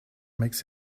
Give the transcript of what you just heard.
makes